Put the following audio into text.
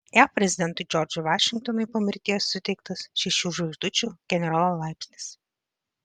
jav prezidentui džordžui vašingtonui po mirties suteiktas šešių žvaigždučių generolo laipsnis